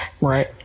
Right